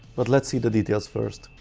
but let's see the details first!